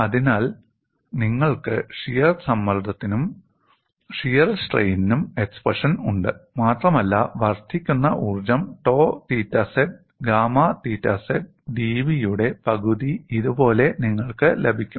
അതിനാൽ നിങ്ങൾക്ക് ഷിയർ സമ്മർദ്ദത്തിനും ഷിയർ സ്ട്രെയിനിനും എക്സ്പ്രഷൻ ഉണ്ട് മാത്രമല്ല വർദ്ധിക്കുന്ന ഊർജ്ജം 'tau θz gamma θz dV' യുടെ പകുതി ഇതുപോലെ നിങ്ങൾക്ക് ലഭിക്കും